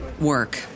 work